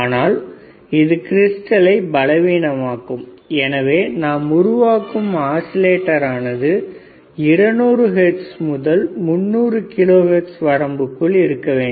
ஆனால் இது கிரிஸ்டலை பலவீனமாக்கும் எனவே நாம் உருவாக்கும் ஆஸிலேட்டர் ஆனது 200 ஹெர்ட்ஸ் முதல் 300 கிலோ ஹெர்ட்ஸ் வரம்புக்குள் இருக்க வேண்டும்